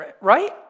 Right